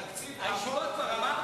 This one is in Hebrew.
השר יוסי פלד,